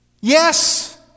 Yes